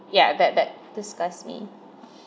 ya that that disgusts me